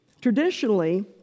Traditionally